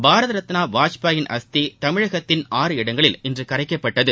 பாரத ரத்னா வாஜ்பாயின் அஸ்தி தமிழகத்தின் ஆறு இடங்களில் இன்று கரைக்கப்பட்டது